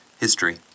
History